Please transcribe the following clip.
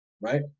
right